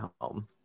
home